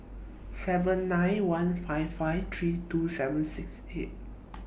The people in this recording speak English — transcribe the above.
seven nine one five five three two seven six eight